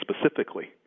specifically